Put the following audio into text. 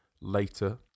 later